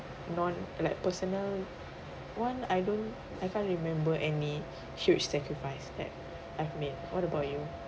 non like personal one I don't I can't remember any huge sacrifice that I've made what about you